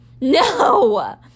No